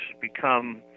become